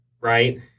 Right